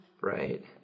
Right